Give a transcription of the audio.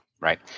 right